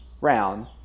round